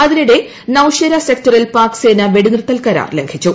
അതിനിടെ നൌഷേരാ സെക്ടറിൽ പാക്സേന വെടിനിർത്തൽ കരാർ ലംഘിച്ചു